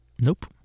Nope